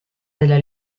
della